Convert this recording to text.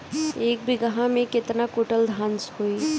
एक बीगहा में केतना कुंटल धान होई?